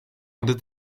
unter